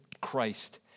Christ